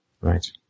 Right